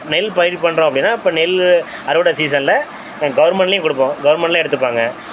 நெல் பயிர் பண்ணுறோம் அப்படின்னா இப்போ நெல் அறுவடை சீசனில் கவர்மெண்ட்லையும் கொடுப்போம் கவர்மெண்டில் எடுத்துப்பாங்க